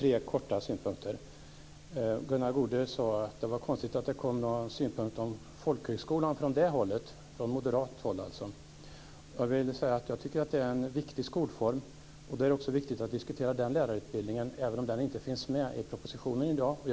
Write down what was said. Fru talman! Att vi alltid är överens med regeringen är väl en sanning med modifikation.